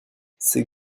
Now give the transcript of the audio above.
ces